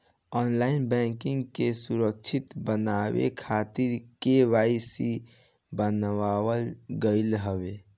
online banking के सुरक्षित बनावे खातिर के.वाई.सी बनावल गईल हवे